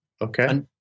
Okay